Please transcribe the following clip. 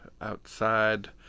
outside